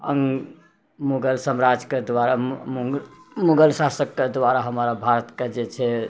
अङ्ग मुगल सम्राज्यके द्वारा मुगल शासकके द्वारा हमरा भारतके जे छै